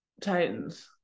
Titans